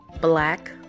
black